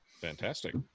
Fantastic